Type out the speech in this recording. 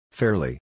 fairly